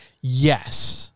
yes